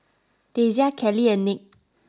Dasia Cali and Nick